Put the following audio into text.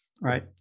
right